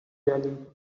jelly